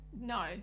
no